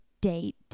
date